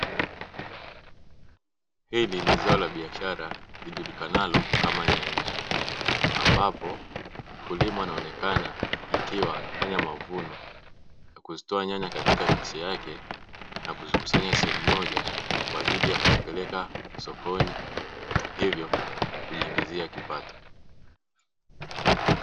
Hili ni zao la biashara lijulikanalo kama nyanya ambapo mkulima anaonekana akiwa anafanya mavuno ya kuzitoa nyanya katika miche yake na kuzikusanya sehemu moja kwa ajili ya kuzipeleka sokoni hivyo kujiingizia kipato.